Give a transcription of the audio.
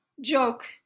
joke